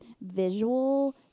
visual